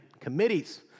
committee's